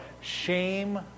shame